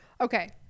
Okay